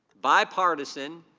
bipartisan,